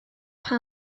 pwy